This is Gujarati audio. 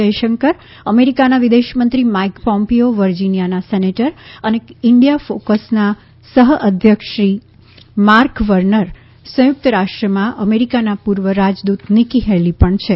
જયશંકર અમેરિકના વિદેશ મંત્રી માઇક પોમ્પીયો વર્જિનિયાના સેનેટર અને ઈન્ડિયા કોકસના સહ અધ્યક્ષ શ્રી માર્ક વર્નર સંયુક્ત રાષ્ટ્રમાં અમેરિકાના પૂર્વ રાજદૂત નિક્કી હેલી પણ છી